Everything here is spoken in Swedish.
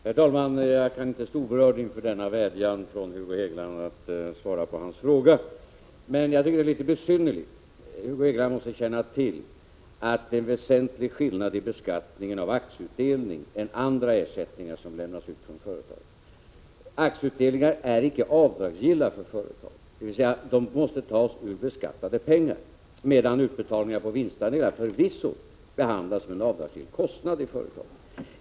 Herr talman! Jag kan inte stå oberörd inför denna vädjan från Hugo Hegeland om att svara på hans fråga. Men jag tycker att det är litet besynnerligt. Hugo Hegeland måste känna till att det är en väsentlig skillnad mellan beskattning av aktieutdelning och beskattning av andra ersättningar som lämnas ut från företagen. Aktieutdelningar är icke avdragsgilla för företagen, dvs. de måste tas av beskattade pengar, medan utbetalningar på vinstandelar förvisso behandlas som en avdragsgill kostnad i företaget.